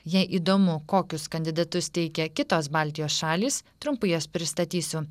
jei įdomu kokius kandidatus teikia kitos baltijos šalys trumpai juos pristatysiu